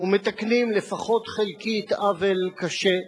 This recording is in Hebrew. ומתקנים, לפחות חלקית, עוול קשה.